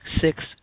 Six